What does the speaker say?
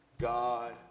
God